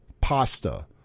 pasta